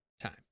time